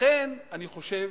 לכן אני חושב